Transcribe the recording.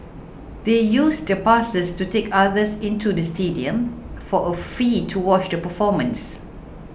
they used the passes to take others into the stadium for a fee to watch the performance